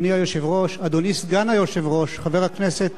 אדוני היושב-ראש, אדוני סגן היושב-ראש חבר הכנסת,